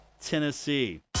Tennessee